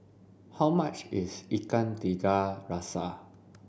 how much is Ikan Tiga Rasa